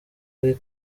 ari